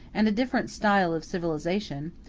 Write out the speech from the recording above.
and a different style of civilization,